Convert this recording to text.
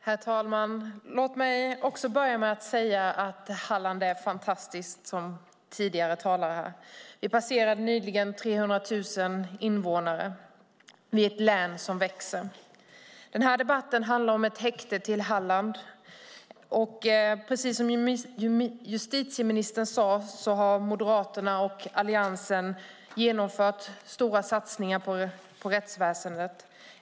Herr talman! Låt mig också börja med att säga att Halland är fantastiskt. Vi passerade nyligen 300 000 invånare. Vi är ett län som växer. Den här debatten handlar om ett häkte till Halland. Precis som justitieministern sade har Moderaterna och Alliansen genomfört stora satsningar på rättsväsendet.